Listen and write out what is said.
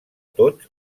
tots